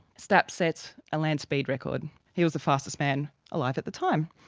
stapp set a land speed record he was the fastest man alive at the time.